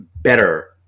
better